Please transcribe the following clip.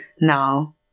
now